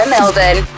Melbourne